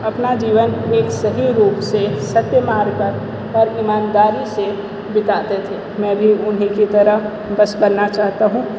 अपना जीवन एक सही रूप से सत्य मार्ग पर और ईमानदारी से बिताते थे मैं भी उन्हीं की तरह बस बनना चाहता हूँ